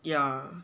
ya